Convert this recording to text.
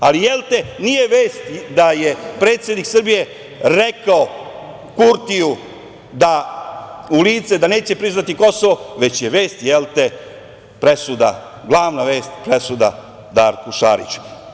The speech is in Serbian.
Ali, jelte, nije vest da je predsednik Srbije rekao Kurtiju u lice da neće priznati Kosovo, već je glavna vest presuda Darku Šariću.